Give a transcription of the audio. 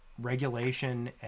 regulation